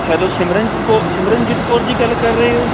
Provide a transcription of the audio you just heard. hello Simranjeet ਕੋ ਸਿਮਰਨਜੀਤ ਕੌਰ ਜੀ ਗੱਲ ਕਰ ਰਹੇ ਹੋ